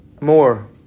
more